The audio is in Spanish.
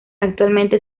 actualmente